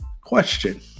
Question